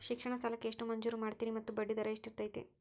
ಶಿಕ್ಷಣ ಸಾಲಕ್ಕೆ ಎಷ್ಟು ಮಂಜೂರು ಮಾಡ್ತೇರಿ ಮತ್ತು ಬಡ್ಡಿದರ ಎಷ್ಟಿರ್ತೈತೆ?